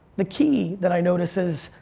the key that i notice is,